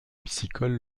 piscicole